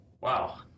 Wow